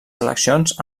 seleccions